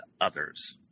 others